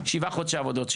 שבעה חודשי עבירות שירות.